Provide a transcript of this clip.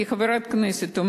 כחברת כנסת,